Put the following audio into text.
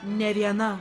ne viena